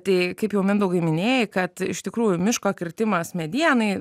tai kaip jau mindaugai minėjai kad iš tikrųjų miško kirtimas medienai